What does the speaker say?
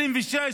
2026,